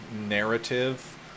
narrative